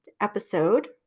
episode